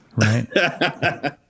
Right